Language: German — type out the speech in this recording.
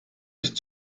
ist